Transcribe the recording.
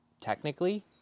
technically